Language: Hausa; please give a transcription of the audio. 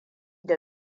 da